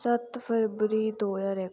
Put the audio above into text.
सत्त फरवरी दो ज्हार इक